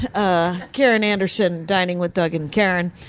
ah, karen anderson dining with doug and karen.